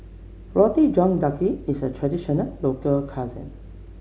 Roti John Daging is a traditional local cuisine